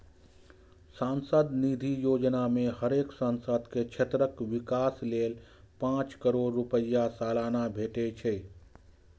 सांसद निधि योजना मे हरेक सांसद के क्षेत्रक विकास लेल पांच करोड़ रुपैया सलाना भेटे छै